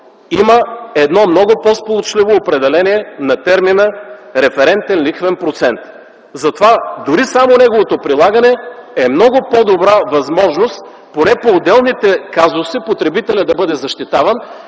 има едно много по-сполучливо определение на термина „референтен лихвен процент”. Затова дори само неговото прилагане е много по-добра възможност поне по отделните казуси потребителят да бъде защитаван,